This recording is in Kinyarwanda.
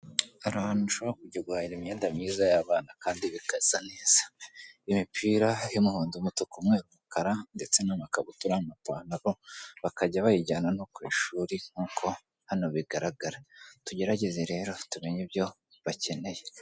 Hari ahantu ushobora kujya guhahira imyenda myiza y'abana kandi bigasa neza. Imipira y'umuhondo, umutuku, umweru, umukara, ndetse n'amakabutura n'amapantaro bakajya bayijyana no ku ishuri nka hano bigaragara. Tugerageze rero tumenye ibyo bakeneye.